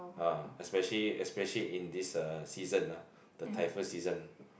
ah especially especially in this uh season ah the typhoon season